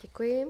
Děkuji.